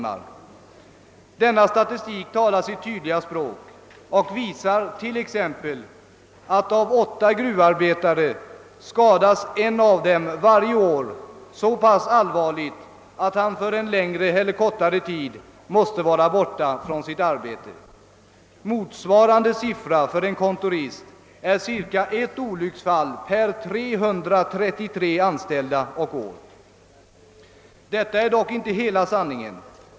Denna statistik talar sitt tydliga språk och visar exempelvis att en av åtta gruvarbetare skadas varje år så allvarligt, att han för längre eller kortare tid måste vara borta från sitt arbete. Motsvarande siffra för en kontorist är cirka ett olycksfall per 333 anställda och år. Detta är dock inte hela sanningen.